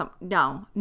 No